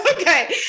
Okay